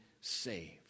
saved